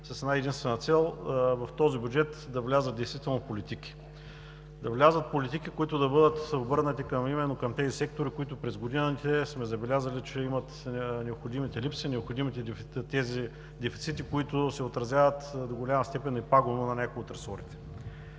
с една-единствена цел: в този бюджет да влязат действително политики. Да влязат политики, които да бъдат обърнати именно към тези сектори, които през годините сме забелязали, че имат необходимите липси, необходимите дефицити, които се отразяват до голяма степен и пагубно на някои от ресорите.